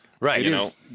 Right